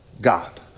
God